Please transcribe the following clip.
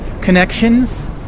connections